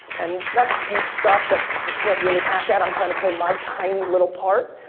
and that's deep stuff that you can't really hack at. i'm trying to play my tiny little part.